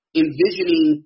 envisioning